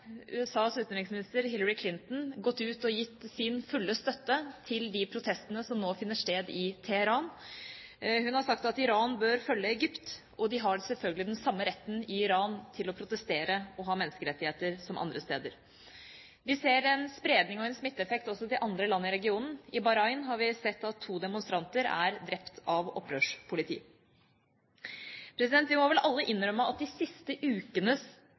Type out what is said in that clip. USAs utenriksminister, Hillary Clinton, gått ut og gitt sin fulle støtte til de protestene som nå finner sted i Teheran. Hun har sagt at Iran bør følge Egypt, og de har selvfølgelig den samme retten i Iran til å protestere og ha menneskerettigheter som andre steder. Vi ser en spredning og en smitteeffekt også til andre land i regionen. I Bahrain har vi sett at to demonstranter er drept av opprørspolitiet. Vi må vel alle innrømme at de siste ukenes